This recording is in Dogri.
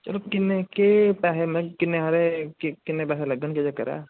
चलो किन्ने केह् पैहे मैं किन्ने हारे किन्ने पैहे लग्गन केह् चक्क ऐ